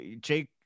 Jake